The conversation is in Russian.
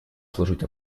служить